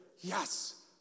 Yes